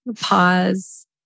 Pause